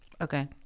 Okay